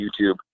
YouTube